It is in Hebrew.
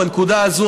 בנקודה הזו,